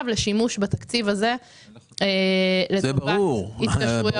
לשימוש בתקציב הזה לטובת התקשרויות חדשות.